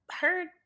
heard